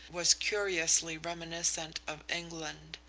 was curiously reminiscent of england.